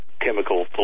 chemical